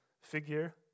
figure